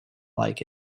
like